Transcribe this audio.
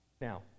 Now